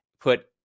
put